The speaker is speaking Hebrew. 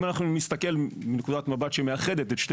אם נסתכל על נקודת מבט שמאחדת את שתי